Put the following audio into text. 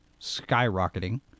skyrocketing